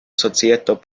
societo